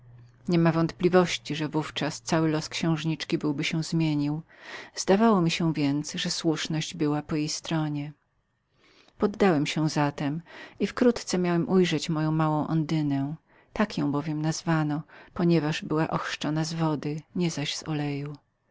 nie ma wątpliwości że cały los księżniczki byłby się zmienił zdawało mi się więc że słuszność była z jej strony poddałem się zatem i wkrótce miałem ujrzeć moją małą ondynę tak ją bowiem nazwano z powodu że była tylko chrzczoną z wody nie zaś z